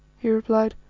he replied.